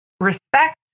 respect